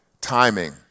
timing